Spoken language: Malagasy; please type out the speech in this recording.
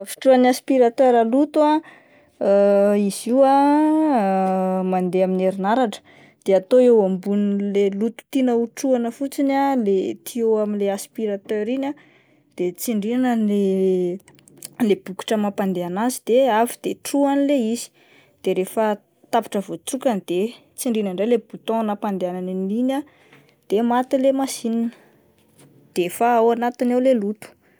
Fitrohan'ny aspiratera loto ah izy io mandeha amin'ny herinaratra de atao eo ambon'le loto tiana hotrohina fotsiny ah ilay tiô amin'ilay aspiratera iny ah de tsindriana ny ilay bokotra mampandeha anazy de avy de trohany le izy, de rehefa tapitra voatrokany de tsindriana indray ilay boutton nampandehanana an'iny ah de maty ilay masinina de efa ao anatiny ao ilay loto.